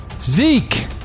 Zeke